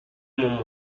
mon